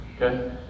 Okay